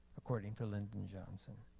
according to lyndon johnson.